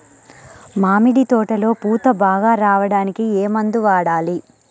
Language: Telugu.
మామిడి తోటలో పూత బాగా రావడానికి ఏ మందు వాడాలి?